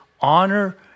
honor